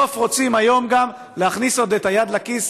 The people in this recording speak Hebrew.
בסוף רוצים היום גם להכניס עוד את היד לכיס